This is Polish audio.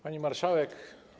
Pani Marszałek!